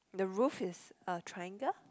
the roof is triangle